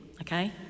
okay